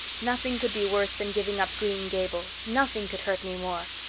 nothing could be worse than giving up green gables nothing could hurt me more.